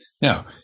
Now